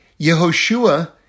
Yehoshua